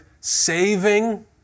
saving